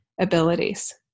abilities